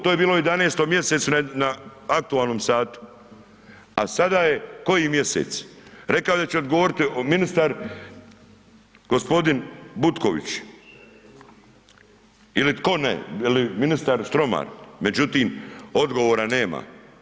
To je bilo u 11. mjesecu na aktualnom satu, a sada je koji mjesec, rekao je da će odgovoriti ministar gospodin Butković, ili tko ne ili ministar Štromar, međutim odgovora nema.